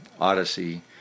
odyssey